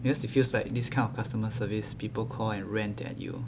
because it feels like this kind of customer service people call and rant at you